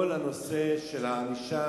כל הנושא של הענישה,